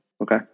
Okay